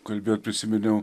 kalbėjot prisiminiau